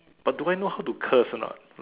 but do I know how to curse or not